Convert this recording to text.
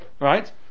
right